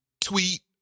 tweet